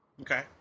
Okay